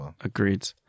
Agreed